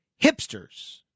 hipsters